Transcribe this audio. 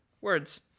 words